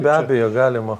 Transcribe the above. be abejo galima